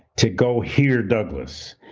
to go hear douglass.